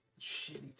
Shitty